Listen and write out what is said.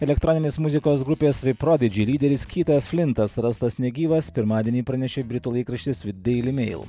elektroninės muzikos grupės de prodidži lyderis kiyas flintas rastas negyvas pirmadienį pranešė britų laikraštis deili meil